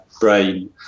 brain